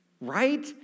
right